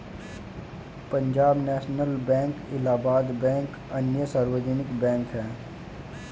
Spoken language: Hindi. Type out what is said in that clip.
Punjab national bank Allahabad bank अन्य सार्वजनिक बैंक है